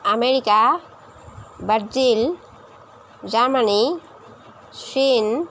America Brazil জাৰ্মানী চীন